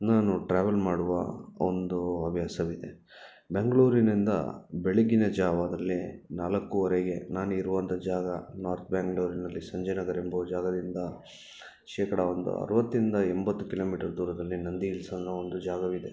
ನಾನು ಟ್ರಾವೆಲ್ ಮಾಡುವ ಒಂದು ಹವ್ಯಾಸವಿದೆ ಬೆಂಗಳೂರಿನಿಂದ ಬೆಳಗ್ಗಿನ ಜಾವದಲ್ಲಿ ನಾಲ್ಕುವರೆಗೆ ನಾನಿರುವಂಥ ಜಾಗ ನಾರ್ತ್ ಬ್ಯಾಂಗ್ಳೂರಿನಲ್ಲಿ ಸಂಜಯ ನಗರ ಎಂಬುವ ಜಾಗದಿಂದ ಶೇಕಡಾ ಒಂದು ಅರವತ್ತರಿಂದ ಎಂಬತ್ತು ಕಿಲೋಮೀಟ್ರ್ ದೂರದಲ್ಲಿ ನಂದಿ ಹಿಲ್ಸ್ ಅನ್ನೋ ಒಂದು ಜಾಗವಿದೆ